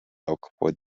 oakwood